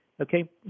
Okay